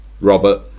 Robert